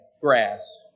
grass